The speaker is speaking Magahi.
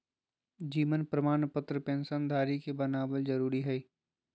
जीवन प्रमाण पत्र पेंशन धरी के बनाबल जरुरी हइ